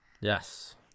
Yes